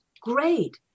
great